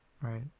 right